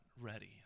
ready